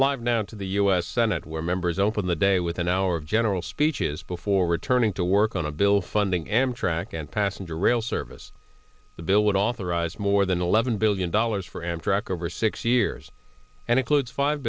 live now to the u s senate where members open the day with an hour of general speeches before returning to work on a bill funding amtrak and passenger rail service the bill would authorize more than eleven billion dollars for amtrak over six years and includes five